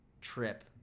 trip